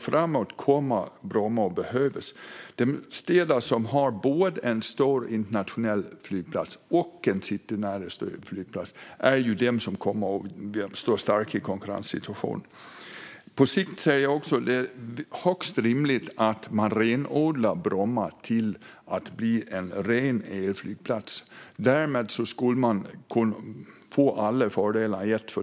Bromma kommer att behövas framåt i tiden. De städer som har både en stor internationell flygplats och en citynära flygplats kommer att stå starka i en konkurrenssituation. På sikt är det också högst rimligt att renodla Bromma till en elflygplats. Därmed kan man få alla fördelarna i ett.